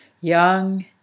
young